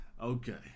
Okay